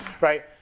right